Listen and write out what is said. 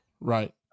right